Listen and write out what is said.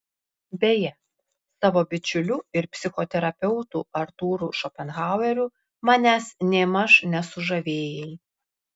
beje savo bičiuliu ir psichoterapeutu artūru šopenhaueriu manęs nėmaž nesužavėjai